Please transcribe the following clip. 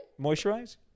Moisturize